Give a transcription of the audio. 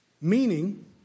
Meaning